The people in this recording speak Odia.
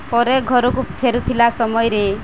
ପରେ ଘରକୁ ଫେରୁଥିଲା ସମୟରେ